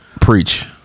Preach